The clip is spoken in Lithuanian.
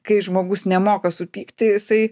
kai žmogus nemoka supykti jisai